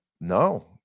no